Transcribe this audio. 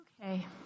Okay